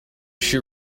shoe